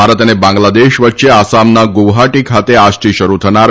ભારત અને બાંગ્લાદેશ વચ્ચે આસામના ગુવાહાટી ખાતે આજથી શરૂ થનાર